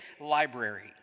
library